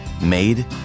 made